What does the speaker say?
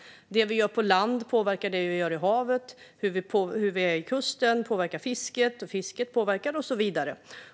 Det vi gör på land påverkar det vi gör i havet, det vi gör på kusten påverkar fisket och fisket påverkar i sin tur, och så vidare.